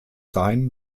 dahin